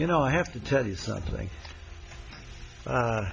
you know i have to tell you something